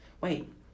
Wait